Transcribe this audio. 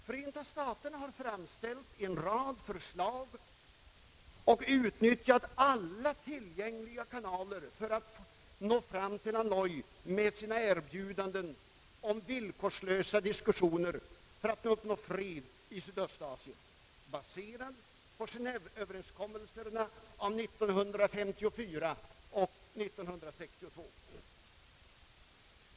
Förenta staterna har framställt en rad förslag och utnyttjat alla tillgängliga kanaler för att nå fram till Hanoi med sina erbjudanden om villkorslösa diskussioner för att uppnå fred i Sydöstasien, baserad på Genéveöverenskommelserna av år 1954 och 1962.